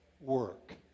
work